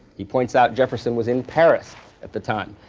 he points out jefferson was in paris at the time,